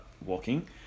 walking